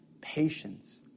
patience